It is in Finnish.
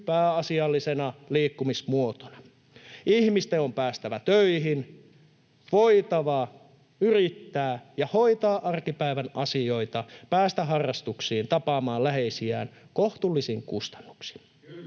pääasiallisena liikkumismuotona. Ihmisten on päästävä töihin, voitava yrittää ja hoitaa arkipäivän asioita, päästä harrastuksiin, päästä tapaamaan läheisiään kohtuullisin kustannuksin.